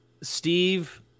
Steve